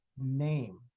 name